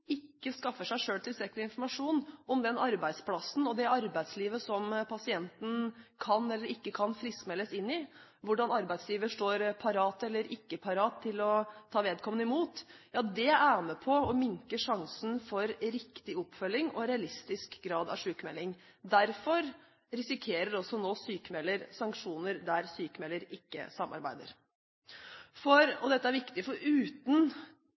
ikke skaffer seg tilstrekkelig informasjon om den arbeidsplassen og det arbeidslivet som pasienten kan eller ikke kan friskmeldes inn i, og hvordan arbeidsgiver står parat eller ikke parat til å ta vedkommende imot, er med på å minske sjansene for riktig oppfølging og realistisk grad av sykmelding. Derfor risikerer også nå sykmelder sanksjoner, der sykmelder ikke samarbeider. Dette er viktig, for uten